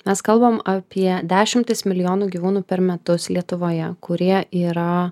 mes kalbam apie dešimtis milijonų gyvūnų per metus lietuvoje kurie yra